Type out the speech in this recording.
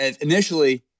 initially